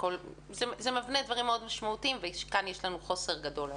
זה מבנה דברים מאוד משמעותיים ויש לנו כאן חוסר גדול.